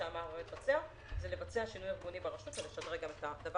לבצע שינוי ארגוני ברשות ולשדרג גם את זה.